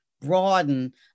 broaden